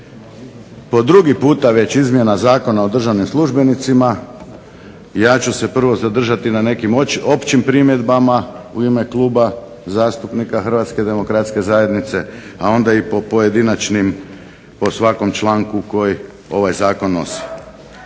po drugi puta već izmjena Zakona o državnim službenicima ja ću se zadržati na nekim općim primjedbama u ime Kluba zastupnika HDZ-a a onda i po pojedinačnim po svakom članku kojeg ovaj Zakon nosi.